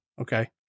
Okay